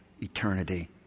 eternity